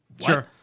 Sure